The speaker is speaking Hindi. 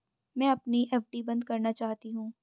मैं अपनी एफ.डी बंद करना चाहती हूँ